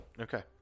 Okay